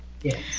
Yes